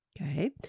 Okay